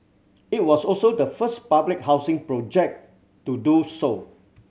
it was also the first public housing project to do so